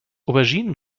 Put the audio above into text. auberginen